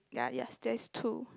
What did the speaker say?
ya yes there's two